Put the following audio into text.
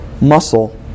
muscle